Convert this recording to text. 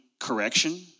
Correction